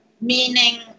meaning